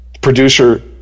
producer